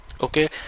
okay